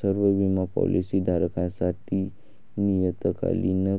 सर्व बिमा पॉलीसी धारकांसाठी नियतकालिक